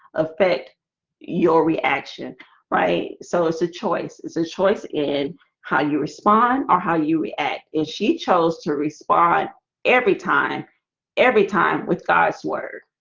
affect your reaction right? so it's a choice it's a choice in how you respond or how you react and she chose to respond every time every time with god's word